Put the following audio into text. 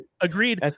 Agreed